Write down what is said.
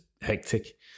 hectic